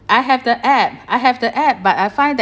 I have the app I have the app but I find that